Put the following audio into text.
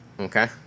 Okay